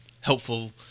helpful